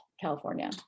California